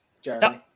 Jeremy